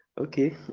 Okay